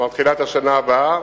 כלומר תחילת השנה הבאה,